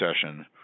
session